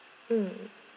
mm